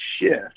shift